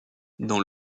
dans